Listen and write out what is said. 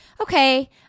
okay